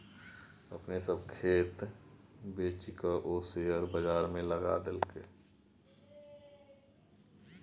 अपन सभ खेत बेचिकए ओ शेयर बजारमे लगा देलकै